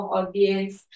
audience